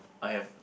I have